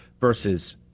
versus